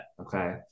okay